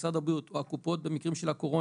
משרד הבריאות או הקופות במקרים של הקורונה,